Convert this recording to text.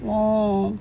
orh